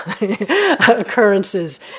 occurrences